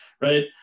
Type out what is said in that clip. Right